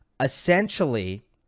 Essentially